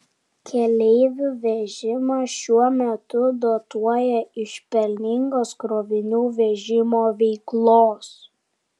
keleivių vežimą šiuo metu dotuoja iš pelningos krovinių vežimo veiklos